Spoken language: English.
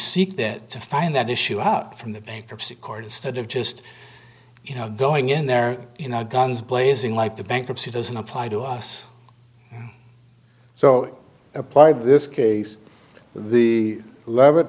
seek then to find that issue out from the bankruptcy court instead of just you know going in there you know guns blazing like the bankruptcy doesn't apply to us so apply this case the